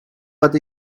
but